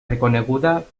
reconeguda